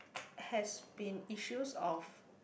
has been issues of